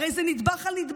הרי זה נדבך על נדבך,